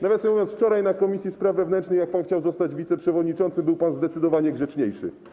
Nawiasem mówiąc, wczoraj na posiedzeniu komisji spraw wewnętrznych, jak pan chciał zostać wiceprzewodniczącym, był pan zdecydowanie grzeczniejszy.